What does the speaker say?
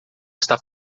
está